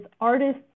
artists